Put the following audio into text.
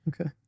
Okay